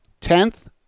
Tenth